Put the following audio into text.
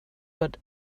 but